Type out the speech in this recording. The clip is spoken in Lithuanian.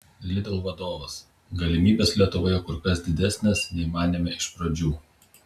lidl vadovas galimybės lietuvoje kur kas didesnės nei manėme iš pradžių